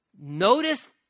notice